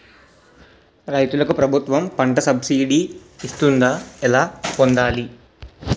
రైతులకు ప్రభుత్వం పంట సబ్సిడీ ఇస్తుందా? ఎలా పొందాలి?